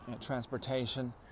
transportation